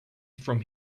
from